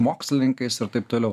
mokslininkais ir taip toliau